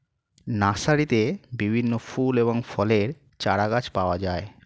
নার্সারিতে বিভিন্ন ফুল এবং ফলের চারাগাছ পাওয়া যায়